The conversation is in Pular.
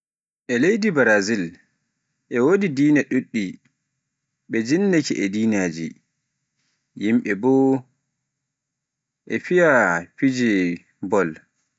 e leydi Brazil e wodi dina ɗuɗɗe, be jinnaake e dinaaji, yimbe fiye feyi fijirde bol.